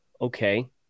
Okay